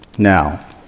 Now